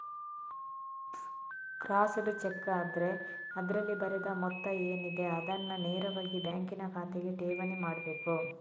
crossed cheque ಆದ್ರೆ ಅದ್ರಲ್ಲಿ ಬರೆದ ಮೊತ್ತ ಏನಿದೆ ಅದನ್ನ ನೇರವಾಗಿ ಬ್ಯಾಂಕಿನ ಖಾತೆಗೆ ಠೇವಣಿ ಮಾಡ್ಬೇಕು